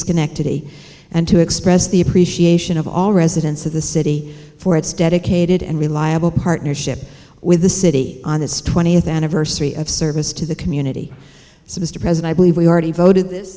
schenectady and to express the appreciation of all residents of the city for its dedicated and reliable partnership with the city on this twentieth anniversary of service to the community so mr president i believe we already voted this